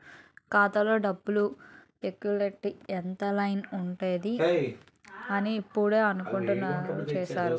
ఖాతాలో డబ్బులు ఎయ్యాలంటే ఇంత లైను ఉందేటి అని ఇప్పుడే అనుకుంటున్నా సారు